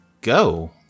go